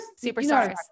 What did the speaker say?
superstars